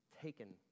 taken